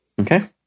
Okay